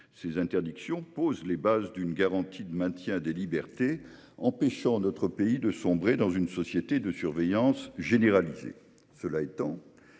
Ces interdictions posent les bases d'une garantie de maintien des libertés, empêchant notre pays de sombrer dans une société de surveillance généralisée. Cela étant,